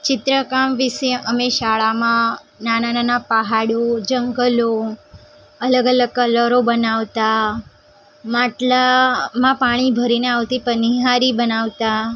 ચિત્રકામ વિષે અમે શાળામાં નાના નાના પહાડો જંગલો અલગ અલગ કલરો બનાવતા માટલામાં પાણી ભરીને આવતી પનિહારી બનાવતા